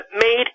made